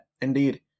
indeed